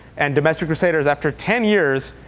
and domestic crusaders, after ten years,